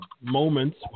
moments